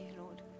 Lord